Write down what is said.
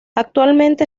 actualmente